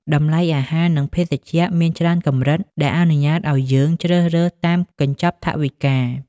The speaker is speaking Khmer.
តម្លៃអាហារ និងភេសជ្ជៈមានច្រើនកម្រិត ដែលអនុញ្ញាតឱ្យយើងជ្រើសរើសតាមកញ្ចប់ថវិកា។